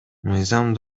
мыйзам